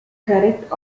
correct